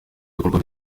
bikorwa